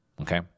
okay